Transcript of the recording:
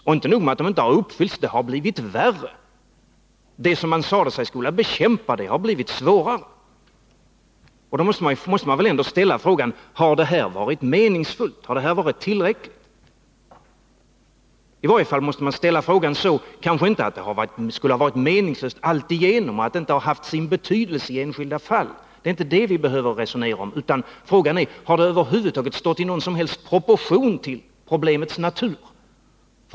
Och inte nog med att målen inte har uppfyllts — situationen har också blivit värre. Det som man sade sig skola bekämpa har blivit än svårare. Då måste man väl ändå ställa frågan: Har det här varit meningsfullt? Har det varit tillräckligt? Regionalpolitiken kanske inte har varit meningslös allt igenom — den har kanske haft sin betydelse i enskilda fall. Men det är inte det vi behöver resonera om, utan frågan är: Har åtgärderna över huvud taget stått i någon som helst proportion till problemets natur?